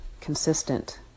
consistent